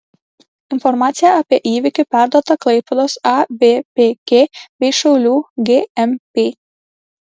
informacija apie įvykį perduota klaipėdos avpk bei šiaulių gmp